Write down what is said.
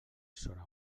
zona